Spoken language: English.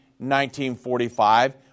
1945